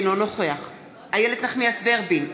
אינו נוכח איילת נחמיאס ורבין,